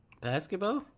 Basketball